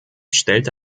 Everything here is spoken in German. stellte